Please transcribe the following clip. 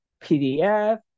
PDF